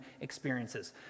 experiences